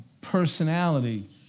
personality